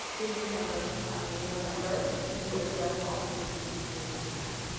in december and november to address all the changes in the student assignment plan.